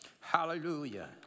Hallelujah